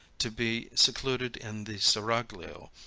to be secluded in the seraglio,